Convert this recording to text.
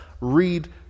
read